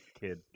kid